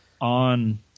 on